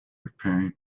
preparing